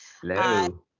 Hello